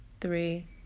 three